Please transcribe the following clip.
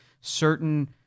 certain